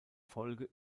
folge